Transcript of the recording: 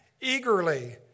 eagerly